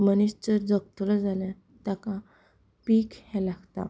मनीस जर जगतलो जाल्यार ताका पीक हें लागता